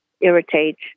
irritate